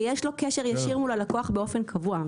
שיש לו קשר ישיר מול הלקוח באופן קבוע.